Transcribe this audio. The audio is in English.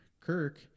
kirk